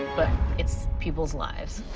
but it's people's lives.